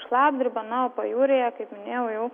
šlapdriba na o pajūryje kaip minėjau jau